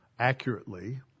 Accurately